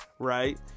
right